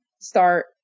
start